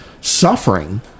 suffering